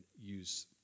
use